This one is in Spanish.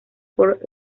por